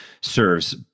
serves